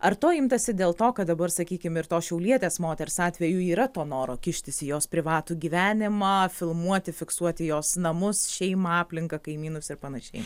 ar to imtasi dėl to kad dabar sakykim ir tos šiaulietės moters atveju yra to noro kištis į jos privatų gyvenimą filmuoti fiksuoti jos namus šeimą aplinką kaimynus ir panašiai